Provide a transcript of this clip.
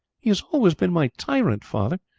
he has always been my tyrant, father,